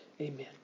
Amen